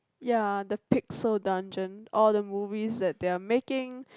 ya the Pixar dungeon all the movies that they are making